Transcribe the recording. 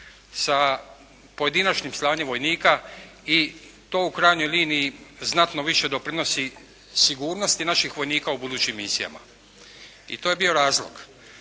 sa pojedinačnim slanjem vojnika i to u krajnjoj liniji znatno više doprinosi sigurnosti naših vojnika u budućim misijama. I to je bio razlog.